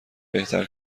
بهتر